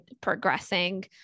progressing